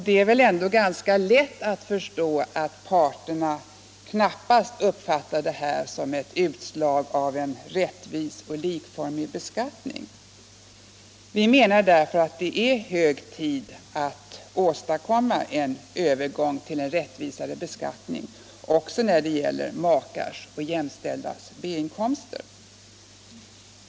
Det är väl ändå ganska lätt att förstå att parterna knappast uppfattar detta som ett utslag av en rättvis och likformig beskattning. Vi menar därför att det är hög tid att åstadkomma en övergång till en rättvisare beskattning också när det gäller makars och jämställdas B-inkomster.